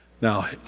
Now